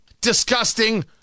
disgusting